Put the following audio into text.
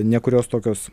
nekurios tokios